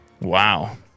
Wow